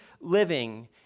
living